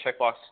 checkbox